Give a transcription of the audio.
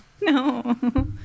No